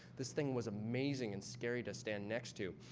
this thing was amazing and scary to stand next to.